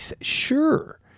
sure